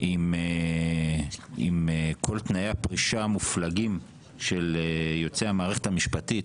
עם כול תנאי הפרישה המופלגים של יוצאי המערכת המשפטית,